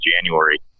January